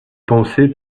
pensé